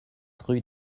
rue